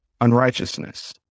unrighteousness